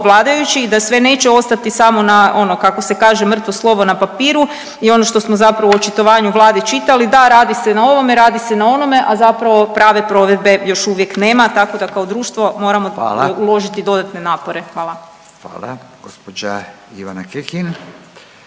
vladajućih i da sve neće ostati samo na ono kako se kaže mrtvo slovo na papiru i ono što smo zapravo u očitovanju Vlade čitali, da radi se na ovome, radi se na onome, a zapravo prave provedbe još uvijek nema, tako da kao društvo…/Upadica Radin: Hvala/…moramo uložiti dodatne napore, hvala. **Radin, Furio